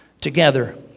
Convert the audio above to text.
together